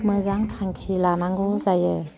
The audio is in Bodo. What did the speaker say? मोजां थांखि लानांगौ जायो